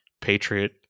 Patriot